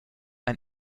ein